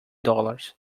dollars